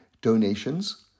donations